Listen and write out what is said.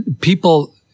People